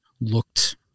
looked